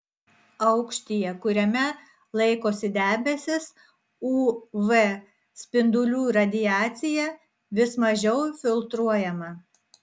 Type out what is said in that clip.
aukštyje kuriame laikosi debesys uv spindulių radiacija vis mažiau filtruojama